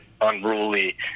unruly